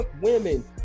women